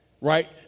right